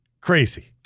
crazy